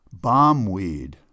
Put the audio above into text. bombweed